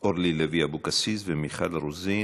אורלי לוי אבקסיס ומיכל רוזין,